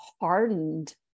hardened